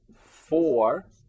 four